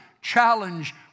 challenge